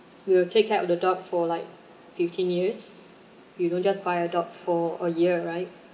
will take care of the dog for like fifteen years you don't just buy a dog for a year right